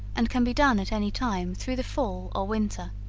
and can be done at any time through the fall, or winter,